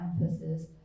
emphasis